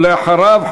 ואחריו,